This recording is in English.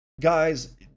Guys